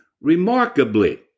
remarkably